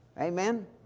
Amen